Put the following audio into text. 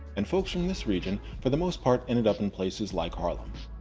and folks from this region for the most part ended up in places like harlem.